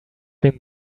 been